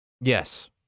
yes